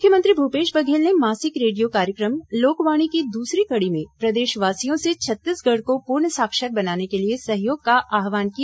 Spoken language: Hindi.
मुख्यमंत्री भूपेश बघेल ने मासिक रेडियो कार्यक्रम लोकवाणी की दूसरी कड़ी में प्रदेशवासियों से छत्तीसगढ को पूर्ण साक्षर बनाने के लिए सहयोग का आहवान किया